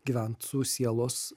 gyvent su sielos